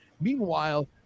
Meanwhile